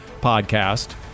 podcast